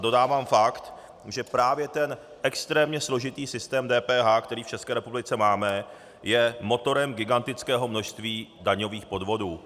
Dodávám fakt, že právě ten extrémně složitý systém DPH, který v České republice máme, je motorem gigantického množství daňových podvodů.